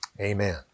amen